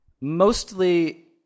Mostly